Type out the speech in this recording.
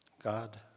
God